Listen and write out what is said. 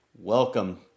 Welcome